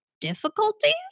difficulties